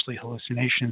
hallucinations